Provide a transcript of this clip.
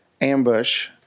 ambush